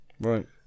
Right